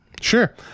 Sure